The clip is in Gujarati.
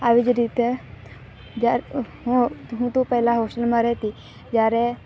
આવી જ રીતે જ્યારે હું હું તો પહેલા હોસ્ટેલમાં રહેતી જ્યારે